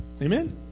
Amen